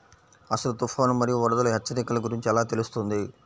అసలు తుఫాను మరియు వరదల హెచ్చరికల గురించి ఎలా తెలుస్తుంది?